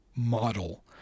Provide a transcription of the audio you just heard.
Model